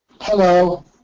Hello